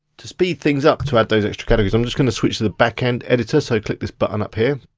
to speed things up to add those extra categories, i'm just gonna switch to the backend editor. so click this button up here.